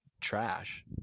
trash